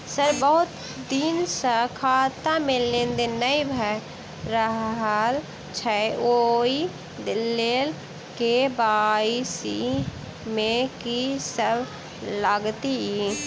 Sir बहुत दिन सऽ खाता मे लेनदेन नै भऽ रहल छैय ओई लेल के.वाई.सी मे की सब लागति ई?